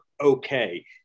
okay